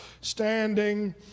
standing